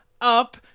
up